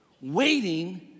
waiting